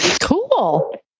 cool